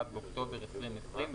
1 באוקטובר 2020,